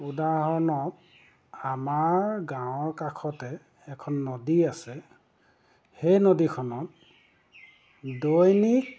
উদাহৰণত আমাৰ গাঁৱৰ কাষতে এখন নদী আছে সেই নদীখনত দৈনিক